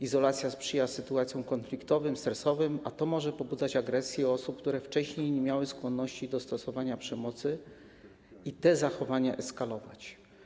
Izolacja sprzyja sytuacjom konfliktowym, stresowym, a to może pobudzać agresję osób, które wcześniej nie miały skłonności do stosowania przemocy, i te zachowania eskalować.